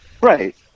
Right